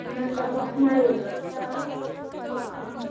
टमाट म्हारग आसा आं